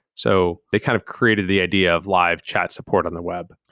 so they kind of created the idea of live chat support on the web.